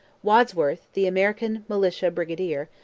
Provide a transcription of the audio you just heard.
wadsworth, the american militia brigadier,